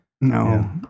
No